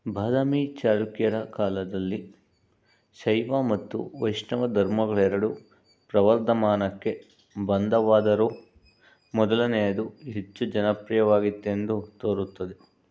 ಬಾದಾಮಿ ಚಾಲುಕ್ಯರ ಕಾಲದಲ್ಲಿ ಶೈವ ಮತ್ತು ವೈಷ್ಣವ ಧರ್ಮಗಳೆರಡು ಪ್ರವರ್ಧಮಾನಕ್ಕೆ ಬಂದವಾದರೂ ಮೊದಲನೆಯದು ಹೆಚ್ಚು ಜನಪ್ರಿಯವಾಗಿತ್ತೆಂದು ತೋರುತ್ತದೆ